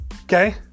Okay